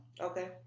Okay